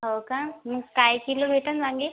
हो का मग काय किलो भेटंल वांगे